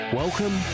welcome